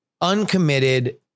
Uncommitted